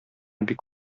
бик